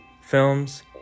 films